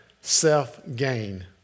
self-gain